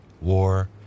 war